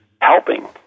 helping